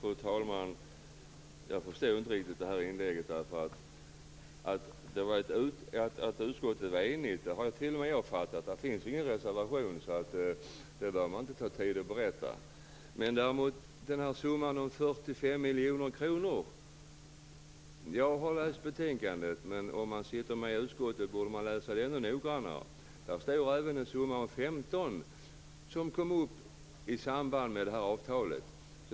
Fru talman! Jag förstod inte riktigt det här inlägget. Att utskottet är enigt har t.o.m. jag fattat. Det finns ingen reservation, så det behöver man inte ta tid att berätta. Däremot funderar jag på den här summan 45 miljoner kronor. Jag har läst betänkandet, men om man sitter i utskottet borde man läsa det ännu noggrannare. Där står även en summa på 15 miljoner kronor som kom upp i samband med det här avtalet.